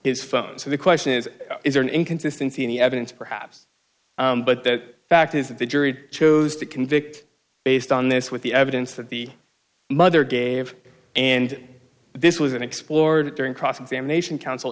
his phone so the question is is there an inconsistency in the evidence perhaps but that fact is that the jury chose to convict based on this with the evidence that the mother gave and this was it explored during cross examination counsel